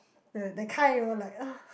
the that kind you know like ugh